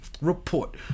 Report